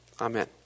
Amen